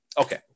Okay